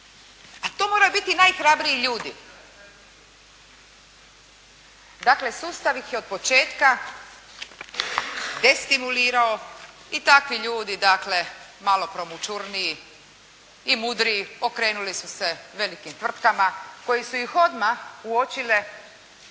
A to moraju biti najhrabriji ljudi. Dakle, sustav ih je od početka destimulirao i takvi ljudi, dakle malo promućurniji i mudriji okrenuli su se velim tvrtkama koje su ih odmah uočile,